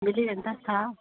मिली वेंदा हा